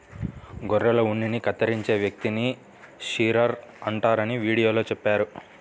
గొర్రెల ఉన్నిని కత్తిరించే వ్యక్తిని షీరర్ అంటారని వీడియోలో చెప్పారు